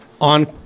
on